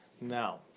now